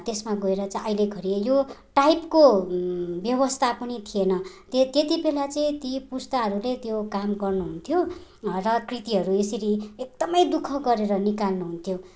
त्यसमा गएर चाहिँ अहिले घरी यो टाइपको व्यवस्था पनि थिएन त्य त्यति बेला चाहिँ ती पुस्ताहरूले त्यो काम गर्नु हुन्थ्यो र कृतिहरू यसरी एकदमै दुःख गरेर निकाल्नु हुन्थ्यो